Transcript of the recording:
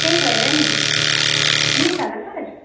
त्यही भएर नि मिल्छ होला सर